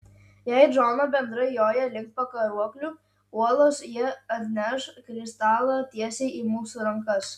jei džono bendrai joja link pakaruoklių uolos jie atneš kristalą tiesiai į mūsų rankas